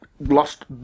lost